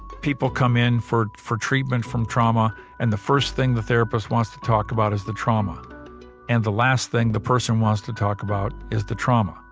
people come in for for treatment from trauma and the first thing the therapist wants to talk about is the trauma and the last thing the therapist wants to talk about is the trauma